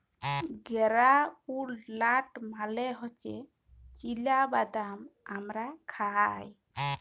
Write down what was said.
গেরাউলড লাট মালে হছে চিলা বাদাম আমরা খায়